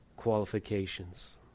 Qualifications